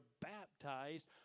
baptized